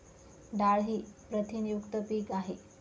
डाळ ही प्रथिनयुक्त पीक आहे